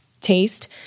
taste